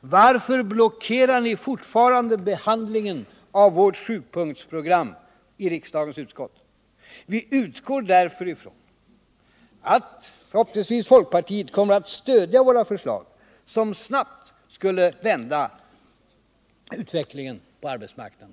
Varför blockerar ni fortfarande behandlingen av vårt sjupunktsprogram i riksdagens utskott? Vi utgår ifrån att folkpartiet förhoppningsvis kommer att stödja våra förslag, som snabbt skulle vända utvecklingen på arbetsmarknaden.